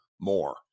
more